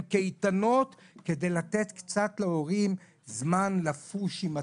קייטנות כדי לתת להורים קצת זמן לפוש עם עצמם,